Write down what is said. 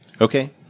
Okay